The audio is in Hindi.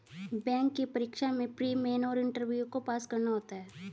बैंक की परीक्षा में प्री, मेन और इंटरव्यू को पास करना होता है